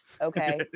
okay